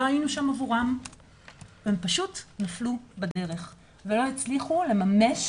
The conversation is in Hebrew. לא היינו שם עבורם והם פשוט נפלו בדרך ולא הצליחו לממש